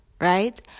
right